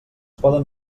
poden